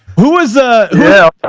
who was, ah, yeah